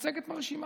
מצגת מרשימה.